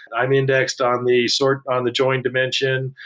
i'm indexed on the sort of on the join dimension.